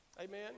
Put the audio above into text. Amen